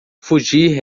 fugir